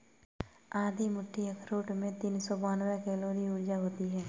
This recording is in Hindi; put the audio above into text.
आधी मुट्ठी अखरोट में तीन सौ बानवे कैलोरी ऊर्जा होती हैं